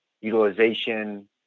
utilization